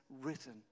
written